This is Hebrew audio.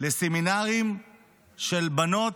לסמינרים של בנות,